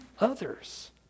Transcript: others